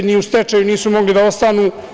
Ni u stečaju nisu mogli da ostanu.